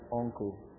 uncle